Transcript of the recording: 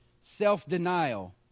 self-denial